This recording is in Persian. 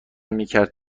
میکرد